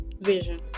vision